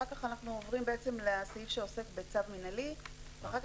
אחר כך אנחנו עוברים לסעיף שעוסק בצו מינהלי ואחר